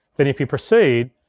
but if you proceed,